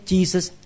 Jesus